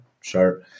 Sure